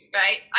right